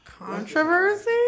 Controversy